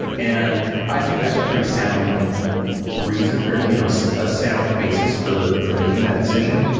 and i think that's pretty sound reason or you know so a sound basis for for making that decision.